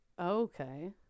Okay